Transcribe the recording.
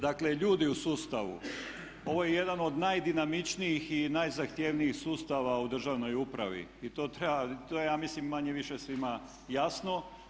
Dakle, ljudi u sustavu ovo je jedan od najdinamičnijih i najzahtjevnijih sustava u državnoj upravi i to treba, to je ja mislim manje-više svima jasno.